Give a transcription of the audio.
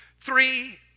Three